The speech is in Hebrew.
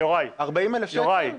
40,000 שקל?